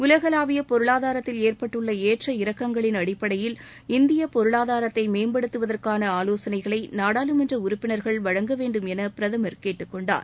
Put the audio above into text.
உலகளாவிய பொருளாதாரத்தில் ஏற்பட்டுள்ள ஏற்ற இறக்கங்களின் அடிப்படையில் இந்திய பொருளாதாரத்தை மேம்படுத்துவதற்கான ஆலோசனைகளை நாடாளுமன்ற உறுப்பினா்கள் வழங்க வேண்டும் என பிரதமர் கேட்டுக்கொண்டார்